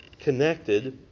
connected